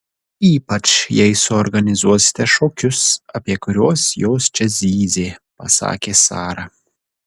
ypač jei suorganizuosite šokius apie kuriuos jos čia zyzė pasakė sara